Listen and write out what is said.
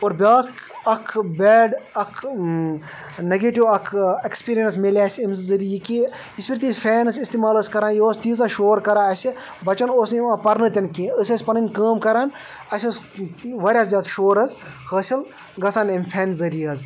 اور بیٛاکھ اَکھ بیڑ اَکھ نٮ۪گیٹِو اَکھ اٮ۪کٕسپیٖرینٛس مِلے اَسہِ أمہِ ذریعہٕ یہِ کہ یِژھ پھِر تہِ یہِ فین أسۍ استعمال ٲسۍ کَران یہِ اوس تیٖژاہ شور کَران اَسہِ بَچَن اوس نہٕ یِوان پرنہٕ تہِ نہٕ کِہیٖنۍ أسی ٲسۍ پَنٕںۍ کٲم کَران اَسہِ ٲس واریاہ زیادٕ شور حظ حٲصِل گژھان اَمہِ فینہٕ ذٔریعہٕ حظ